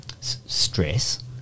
stress